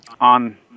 on